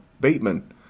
Bateman